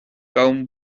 gabhaim